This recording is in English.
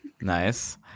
Nice